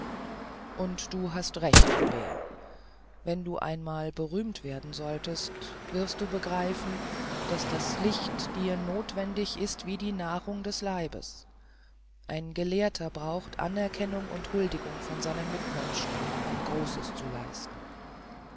und du hast recht aubert wenn du einmal berühmt werden solltest wirst du begreifen daß das licht dir nothwendig ist wie die nahrung des leibes ein gelehrter braucht anerkennung und huldigung von seinen mitmenschen um großes zu leisten